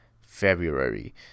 February